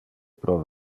pro